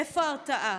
איפה ההרתעה?